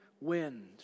wind